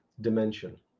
dimension